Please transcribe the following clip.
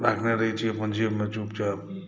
राखने रहै छी चुपचाप